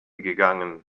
gegangen